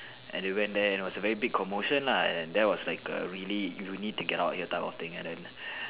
and they went there you know is a very big commotion lah and there was like a really you need to get out of here that kind of thing and then